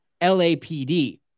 LAPD